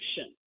Action